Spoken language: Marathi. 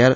आर